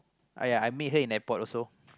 !aiya! I meet them in airport also